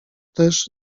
też